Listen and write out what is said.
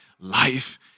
life